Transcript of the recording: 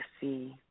see